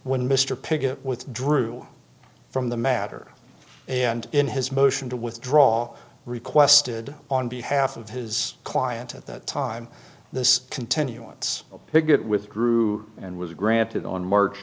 when mr pickett withdrew from the matter and in his motion to withdraw requested on behalf of his client at that time this continuance pigott withdrew and was granted on march